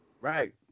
Right